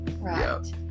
right